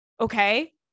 Okay